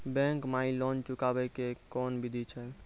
Bank माई loan चुकाबे के कोन बिधि छै?